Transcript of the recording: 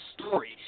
story